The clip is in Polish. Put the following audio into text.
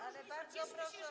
Ale bardzo proszę o.